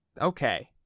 Okay